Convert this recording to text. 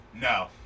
No